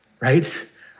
right